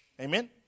Amen